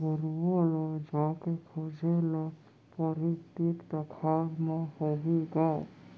गरूवा ल जाके खोजे ल परही, तीर तखार म होही ग